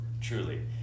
Truly